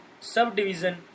subdivision